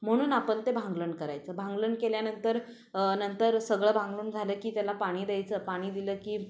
म्हणून आपण ते भांगलण करायचं भांगलण केल्यानंतर नंतर सगळं भांगलून झालं की त्याला पाणी द्यायचं पाणी दिलं की